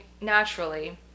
naturally